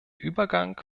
übergang